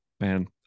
man